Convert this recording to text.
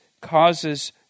causes